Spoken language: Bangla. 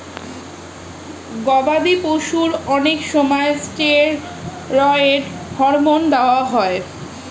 গবাদি পশুর অনেক সময় স্টেরয়েড হরমোন দেওয়া হয়